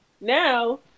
Now